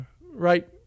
right